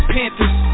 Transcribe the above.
Panthers